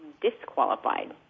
disqualified